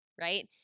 right